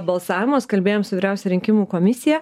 balsavimas kalbėjom su vyriausia rinkimų komisija